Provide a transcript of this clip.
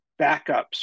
backups